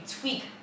tweak